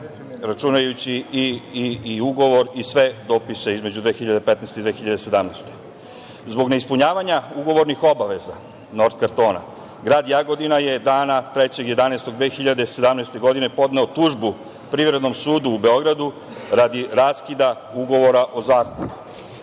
računajući i ugovor i sve dopise između 2015. i 2017. godine. Zbog neispunjavanja ugovornih obaveza „Nort kartona“, grad Jagodina je dana 3. novembra 2017. godine podneo tužbu Privrednom sudu u Beogradu radi raskida ugovora o zakupu.